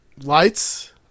Lights